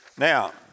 Now